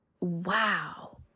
wow